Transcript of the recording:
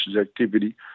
activity